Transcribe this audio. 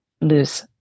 lose